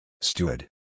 Steward